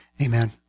Amen